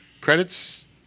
credits